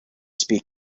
speak